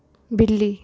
ਬਿੱਲੀ